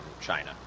China